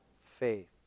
faith